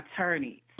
attorneys